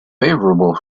favorable